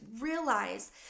realize